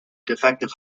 defective